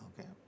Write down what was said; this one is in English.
Okay